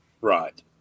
Right